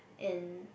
and